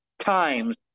times